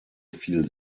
viel